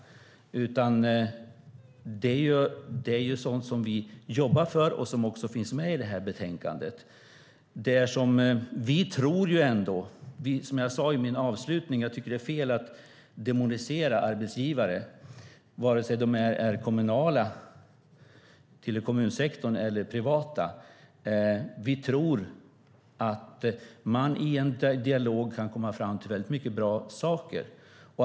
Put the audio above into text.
Det är sådant som vi jobbar för och som finns med i detta betänkande. Som jag sade i min avslutning tycker jag att det är fel att demonisera arbetsgivare, vare sig de tillhör kommunsektorn eller är privata. Vi tror att man i en dialog kan komma fram till mycket bra saker.